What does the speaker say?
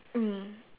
mm